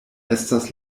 estas